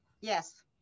yes